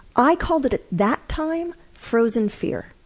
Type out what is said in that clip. i called it at that time, frozen fear.